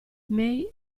may